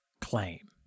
claim